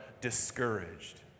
discouraged